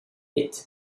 pit